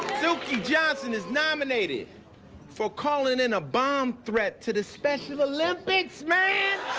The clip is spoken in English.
silky johnson is nominated for calling in a bomb threat to the special olympics, man!